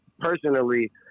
personally